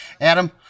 Adam